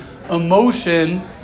emotion